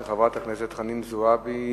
של חברת הכנסת חנין זועבי,